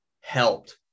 helped